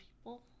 people